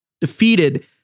defeated